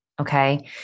Okay